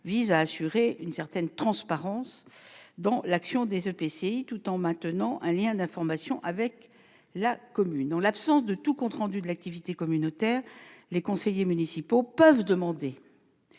vise à assurer une certaine transparence dans l'action intercommunale, tout en maintenant un lien d'information avec la commune. En l'absence de tout compte rendu de l'activité communautaire, les conseillers municipaux peuvent demander